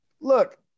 Look